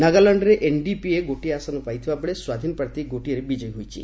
ନାଗାଲ୍ୟାଣ୍ଡରେ NDPP ଗୋଟିଏ ଆସନ ପାଇଥିବାବେଳେ ସ୍ୱାଧୀନ ପ୍ରାର୍ଥୀ ଗୋଟିଏରେ ବିଜୟୀ ହୋଇଛି